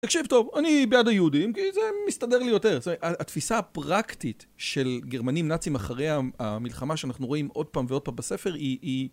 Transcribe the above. תקשיב טוב, אני בעד היהודים, כי זה מסתדר לי יותר. זאת אומרת, התפיסה הפרקטית של גרמנים נאצים אחרי ה... המלחמה שאנחנו רואים עוד פעם ועוד פעם בספר היא... היא...